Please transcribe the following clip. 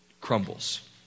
crumbles